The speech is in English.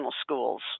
schools